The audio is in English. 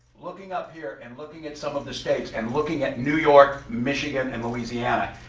looking up here and looking at some of the states and looking at new york, michigan and louisiana,